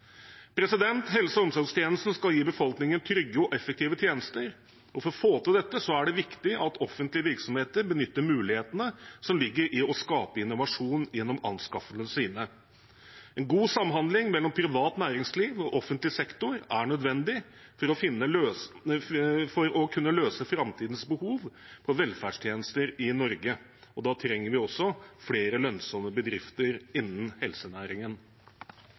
systemet. Helse- og omsorgstjenesten skal gi befolkningen trygge og effektive tjenester, og for å få til dette er det viktig at offentlige virksomheter benytter mulighetene som ligger i å skape innovasjon gjennom anskaffelsene sine. En god samhandling mellom privat næringsliv og offentlig sektor er nødvendig for å kunne løse framtidens behov for velferdstjenester i Norge. Da trenger vi også flere lønnsomme bedrifter innen helsenæringen.